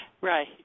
Right